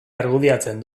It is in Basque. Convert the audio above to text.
argudiatzen